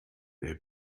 der